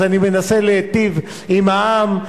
אז אני מנסה להטיב עם העם,